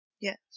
Yes